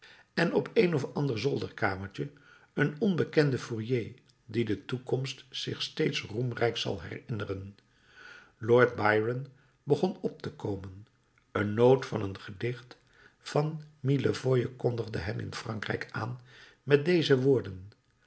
en op een of ander zolderkamertje een onbekende fourier dien de toekomst zich steeds roemrijk zal herinneren lord byron begon op te komen een noot van een gedicht van millevoye kondigde hem in frankrijk aan met deze woorden